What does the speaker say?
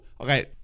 Okay